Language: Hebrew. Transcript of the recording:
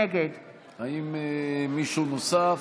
נגד האם מישהו נוסף?